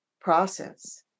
process